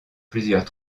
plusieurs